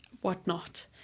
whatnot